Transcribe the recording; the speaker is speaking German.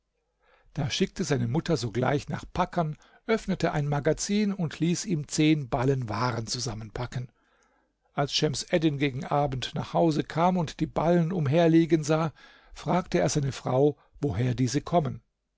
da schickte seine mutter sogleich nach packern öffnete ein magazin und ließ ihm zehn ballen waren zusammenpacken als schems eddin gegen abend nach hause kam und die ballen umherliegen sah fragte er seine frau woher diese kommen